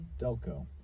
Delco